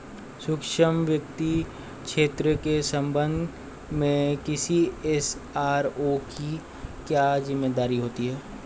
सूक्ष्म वित्त क्षेत्र के संबंध में किसी एस.आर.ओ की क्या जिम्मेदारी होती है?